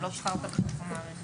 אני לא צריכה אותה בתוך המערכת.